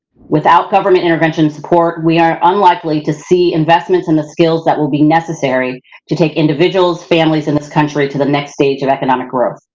without government intervention support, we are unlikely to see investments in the skills that will be necessary to take individuals, families and this country to the next stage of economic growth.